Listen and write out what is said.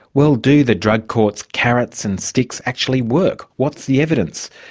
well do the drug courts' carrots and sticks actually work? what's the evidence?